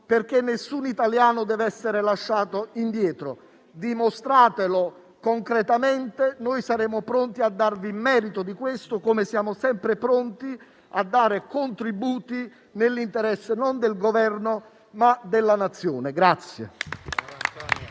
perché nessun italiano dev'essere lasciato indietro. Dimostratelo concretamente: saremo pronti a darvene merito, come lo siamo sempre a dare contributi nell'interesse non del Governo, ma della Nazione.